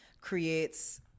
creates